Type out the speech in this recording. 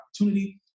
opportunity